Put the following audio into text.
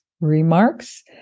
remarks